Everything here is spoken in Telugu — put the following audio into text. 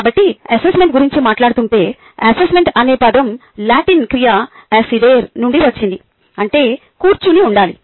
కాబట్టి అసెస్మెంట్ గురించి మాట్లాడుతుంటే అసెస్మెంట్ అనే పదం లాటిన్ క్రియ అసిడెరే నుండి వచ్చింది అంటే కూర్చుని ఉండాలి